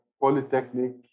Polytechnic